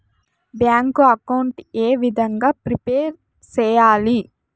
Bank account ఏ విధంగా prepare సెయ్యాలి?